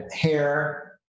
hair